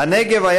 הנגב,